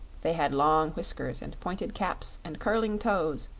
they had long whiskers and pointed caps and curling toes,